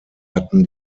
hatten